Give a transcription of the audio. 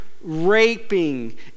raping